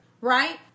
right